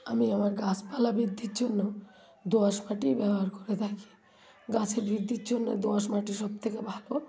আমি আমার গাছপালা বৃদ্ধির জন্য দোআঁশ মাটি ব্যবহার করে থাকি গাছের বৃদ্ধির জন্য দোআঁশ মাটি সবথেকে ভালো